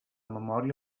memòria